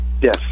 Yes